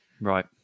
Right